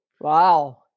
Wow